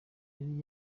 yari